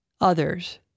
others